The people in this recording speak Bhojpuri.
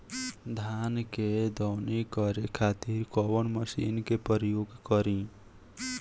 धान के दवनी करे खातिर कवन मशीन के प्रयोग करी?